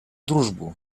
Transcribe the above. дружбу